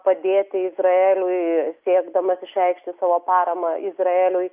padėti izraeliui siekdamas išreikšti savo paramą izraeliui